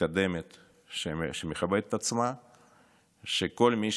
מתקדמת שמכבדת את עצמה שכל מי